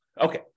Okay